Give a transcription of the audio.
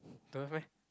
don't have meh